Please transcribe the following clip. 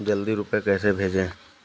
जल्दी रूपए कैसे भेजें?